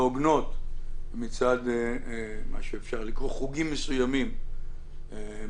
הוגנות מצד מה שאפשר לקרוא לו "חוגים מסוימים בציבור".